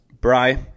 Bry